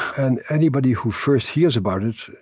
and anybody who first hears about it,